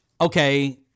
okay